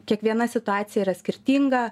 kiekviena situacija yra skirtinga